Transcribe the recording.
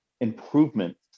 Improvements